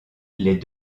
les